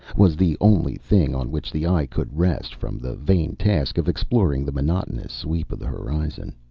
was the only thing on which the eye could rest from the vain task of exploring the monotonous sweep of the horizon.